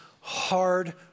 hard